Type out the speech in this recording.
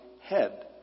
head